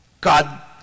God